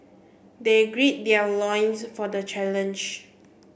they grid their loins for the challenge